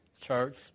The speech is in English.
church